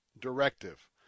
Directive